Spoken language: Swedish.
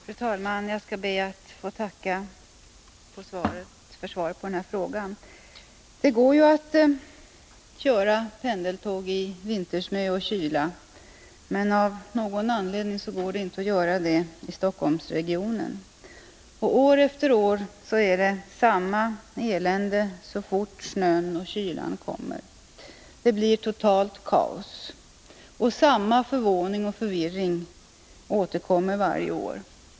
Fru talman! Jag ber att få tacka för svaret på min fråga. Det går att köra pendeltåg i vintersnö och kyla, men av någon anledning går det inte att göra det i Stockholmsregionen. År efter år är det samma elände så fort snön och kylan kommer. Det blir totalt kaos. Och samma förvåning och förvirring återkommer varje år.